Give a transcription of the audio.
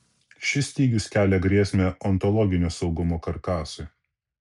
šis stygius kelia grėsmę ontologinio saugumo karkasui